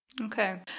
Okay